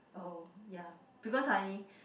oh ya because I